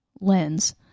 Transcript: lens